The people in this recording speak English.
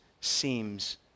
seems